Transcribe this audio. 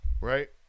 Right